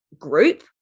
group